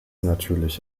natürlich